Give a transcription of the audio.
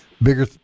Bigger